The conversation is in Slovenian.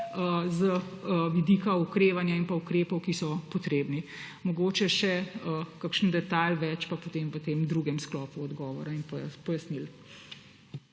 z vidika okrevanja in ukrepov, ki so potrebni. Mogoče še kakšen detajl več potem v drugem sklopu odgovora in pojasnil.